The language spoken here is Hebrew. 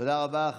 תודה רבה.